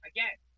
Again